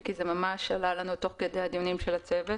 כי זה ממש עלה לנו תוך כדי דיוני הצוות.